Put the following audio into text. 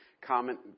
comment